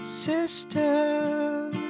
Sister